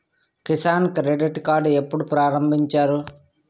Kisan credit card ఎప్పుడు ప్రారంభించారు?